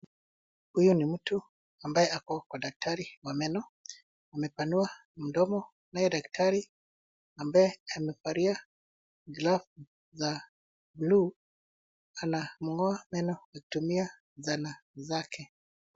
Huyu ni mtu ambaye ako kwa daktari wa meno. Amepanua mdomo naye daktari ambaye amevalia glovu za bluu anamng'oa meno kutumia zana zake.